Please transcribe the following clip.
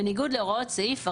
בניגוד להוראות סעיף 41(ב).